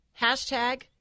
Hashtag